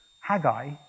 Haggai